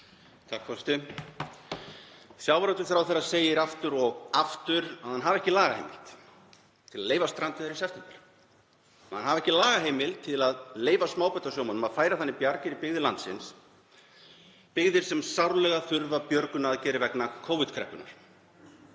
Forseti. Sjávarútvegsráðherra segir aftur og aftur að hann hafi ekki lagaheimild til að leyfa strandveiðar í september. Hann hafi ekki lagaheimild til að leyfa smábátasjómönnum að færa þannig björg í byggðir landsins, byggðir sem sárlega þurfa björgunaraðgerðir vegna Covid-kreppunnar.